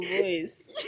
voice